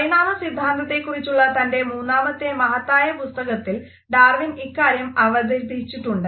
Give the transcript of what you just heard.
പരിണാമ സിദ്ധാന്തത്തെക്കുറിച്ചുള്ള തൻ്റെ മൂന്നാമത്തെ മഹത്തായ പുസ്തകത്തിൽ ഡാർവിൻ ഇക്കാര്യം അവതരിപ്പിച്ചിട്ടുണ്ട്